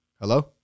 Hello